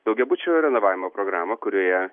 daugiabučių renovavimo programą kurioje